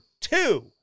two